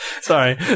Sorry